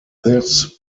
this